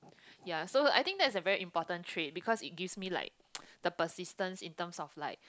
ya so I think that's a very important trait because it gives me like the persistence in terms of like